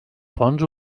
fonts